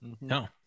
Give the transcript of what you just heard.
No